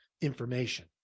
information